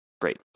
great